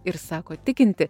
ir sako tikinti